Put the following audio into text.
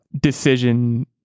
decision